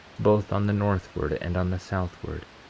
both on the northward and on the southward,